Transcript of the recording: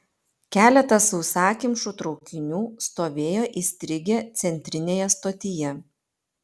keletas sausakimšų traukinių stovėjo įstrigę centrinėje stotyje